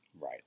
Right